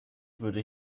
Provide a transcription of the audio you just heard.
würde